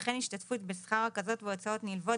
וכן השתתפות בשכר רכזות והוצאות נלוות